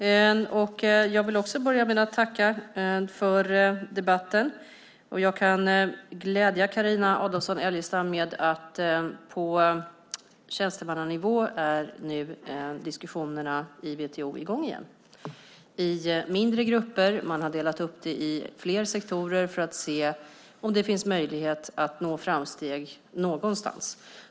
Fru talman! Jag vill också tacka för debatten. Jag kan glädja Carina Adolfsson Elgestam med att diskussionerna i WTO nu är i gång igen på tjänstemannanivå, i mindre grupper. Man har delat upp det i fler sektorer för att se om det finns möjlighet att nå framsteg någonstans.